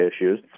issues